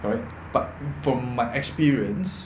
alright but from my experience